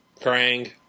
Krang